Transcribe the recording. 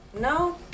No